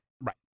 right